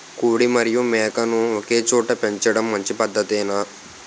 కోడి మరియు మేక ను ఒకేచోట పెంచడం మంచి పద్ధతేనా?